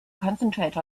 concentrate